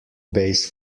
base